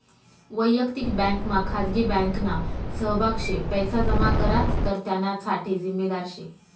वयक्तिक बँकमा खाजगी बँकना सहभाग शे पैसा जमा करात तर त्याना साठे जिम्मेदार शे